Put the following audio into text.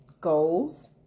goals